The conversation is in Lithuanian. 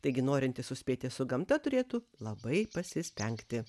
taigi norintys suspėti su gamta turėtų labai pasistengti